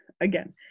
again